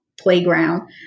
playground